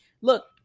Look